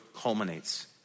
culminates